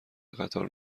قطار